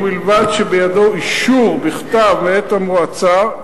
ובלבד שבידו אישור בכתב מאת המועצה,